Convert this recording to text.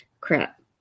crap